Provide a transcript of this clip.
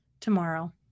tomorrow